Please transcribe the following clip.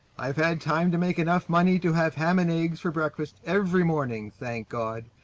i've had time to make enough money to have ham and eggs for breakfast every morning thank god!